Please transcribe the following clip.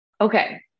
Okay